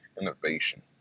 innovation